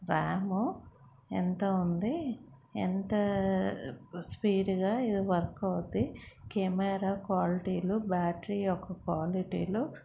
RAM ఎంత ఉంది ఎంత స్పీడ్గా ఇది వర్క్ అవుద్ధి కెమెరా క్వాలిటీలు బ్యాటరీ యొక్క క్వాలిటీలు